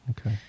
Okay